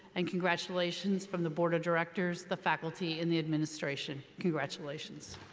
and congratulations from the board of directors, the faculty, and the administration. congratulations.